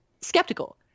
skeptical